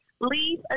Leave